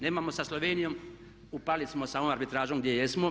Nemamo sa Slovenijom, upali smo sa onom arbitražom gdje jesmo.